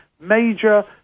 major